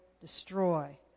destroy